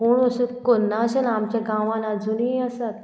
कोण असो करना अशें ना आमच्या गांवान आजुनूय आसात